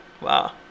Wow